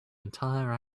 entire